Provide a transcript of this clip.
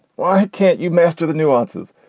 why can't you master the nuances?